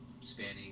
Spanning